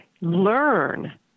learn